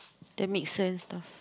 that make sense though